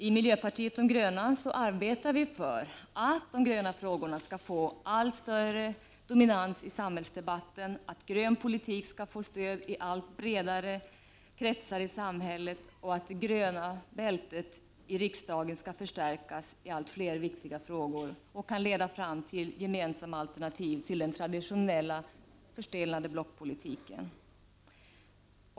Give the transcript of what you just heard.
I miljöpartiet de gröna arbetar vi för att de gröna frågorna skall få allt större dominans i samhällsdebatten, för att grön politik skall få stöd i allt bredare kretsar i samhället och för att det gröna bältet i riksdagen skall förstärkas i allt fler viktiga frågor och skall leda fram till gemensamma alternativ till den traditionella förstelnade politiken.